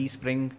Spring